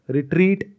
Retreat